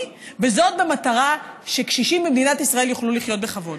כדי שקשישים במדינת ישראל יוכלו לחיות בכבוד.